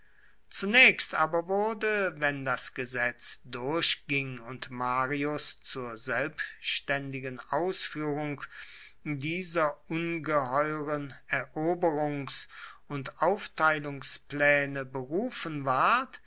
zunächst aber wurde wenn das gesetz durchging und marius zur selbständigen ausführung dieser ungeheuren eroberungs und aufteilungspläne berufen ward